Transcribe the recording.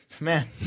Man